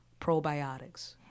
probiotics